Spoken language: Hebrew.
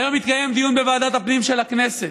היום התקיים דיון בוועדת הפנים של הכנסת.